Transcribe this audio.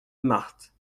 marthe